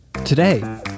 Today